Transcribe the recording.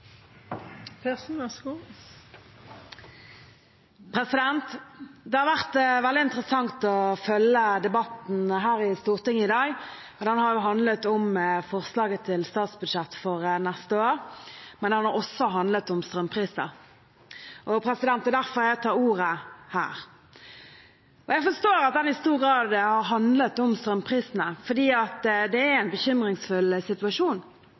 Det har vært veldig interessant å følge debatten her i Stortinget i dag. Den har handlet om forslaget til statsbudsjett for neste år, men den har også handlet om strømpriser. Det er derfor jeg tar ordet her. Jeg forstår at debatten i stor grad har handlet om strømprisene, for det er en bekymringsfull situasjon. Jeg er bekymret for at det vil være familier som ikke er